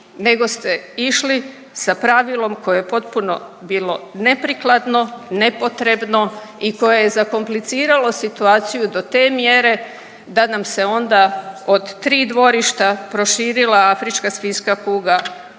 nego ste išli sa pravilom koje je potpuno bilo neprikladno, nepotrebno i koje je zakompliciralo situaciju do te mjere da nam se onda od tri dvorišta proširila afrička svinjska kuga